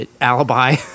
alibi